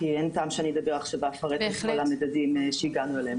כי אין טעם שאני אדבר עכשיו ואפרט את כל המדדים שהגענו אליהם,